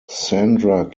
sandra